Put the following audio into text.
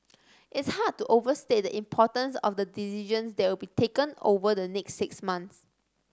it's hard to overstate the importance of the decisions that will be taken over the next six months